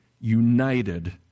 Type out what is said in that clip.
united